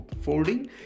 folding